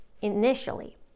initially